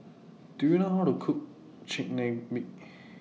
Do YOU know How to Cook Chigenabe